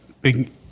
big